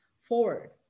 forward